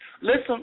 Listen